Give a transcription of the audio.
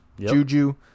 Juju